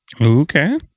Okay